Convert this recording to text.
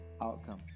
outcome